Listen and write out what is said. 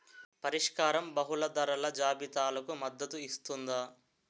పరిష్కారం బహుళ ధరల జాబితాలకు మద్దతు ఇస్తుందా?